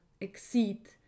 exceed